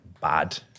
bad